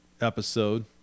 episode